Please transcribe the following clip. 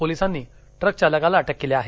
पोलिसांनी ट्रक चालकाला अटक केली आहे